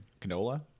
canola